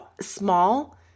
small